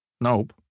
Nope